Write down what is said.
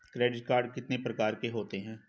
Credit card कितने प्रकार के होते हैं?